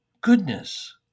goodness